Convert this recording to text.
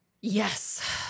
Yes